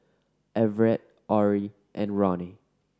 Everette Orrie and Roni